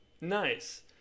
Nice